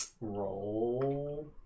roll